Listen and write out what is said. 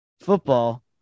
football